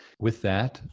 with that,